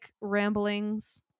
ramblings